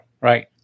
Right